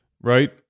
right